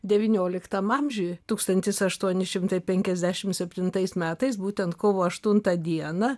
devynioliktam amžiuj tūkstantis aštuoni šimtai penkiasdešim septintais metais būtent kovo aštuntą dieną